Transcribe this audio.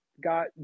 got